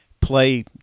play